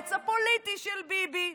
היועץ הפוליטי של ביבי.